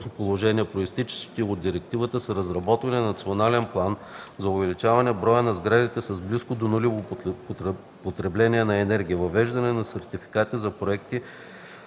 положения, произтичащи от Директивата са: разработване на Национален план за увеличаване броя на сградите с близко до нулево потребление на енергия; въвеждане на сертификати за проектни